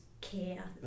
care